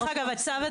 זה לא צריך להיות